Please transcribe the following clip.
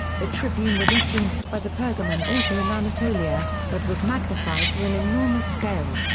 the tribune was influenced by the pergamon altar in anatolia, but was magnified to an enormous scale.